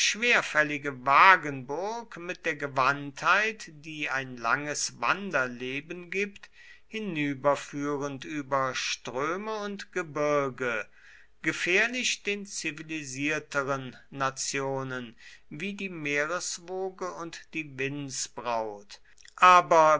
schwerfällige wagenburg mit der gewandtheit die ein langes wanderleben gibt hinüberführend über ströme und gebirge gefährlich den zivilisierteren nationen wie die meereswoge und die windsbraut aber